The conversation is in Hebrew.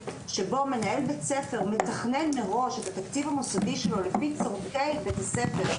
מנהל בית הספר מתכנן מראש את התקציב המוסדי שלו לפי צורכי בית הספר,